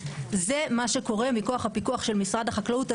זה מה שקורה מכוח הפיקוח של משרד החקלאות.